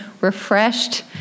refreshed